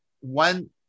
one